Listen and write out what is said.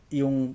yung